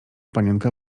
panienka